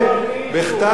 בהתחייבות,